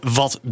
wat